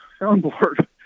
soundboard